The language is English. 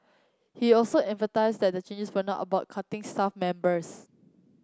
he also emphasised that the changes were not about cutting staff members